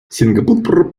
сингапур